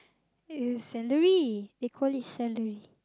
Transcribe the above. it is celery they call it celery